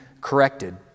corrected